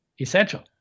essential